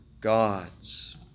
gods